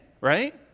right